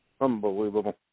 Unbelievable